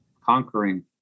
conquering